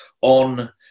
on